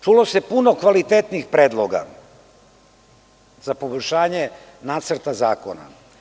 Čulo se puno kvalitetnih predloga za poboljšanje Nacrta zakona.